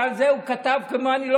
שעל זה הוא כתב כמו אני-לא-יודע-מה?